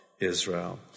Israel